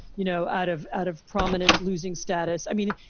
you know, out of out of prominence, losing status. i mean,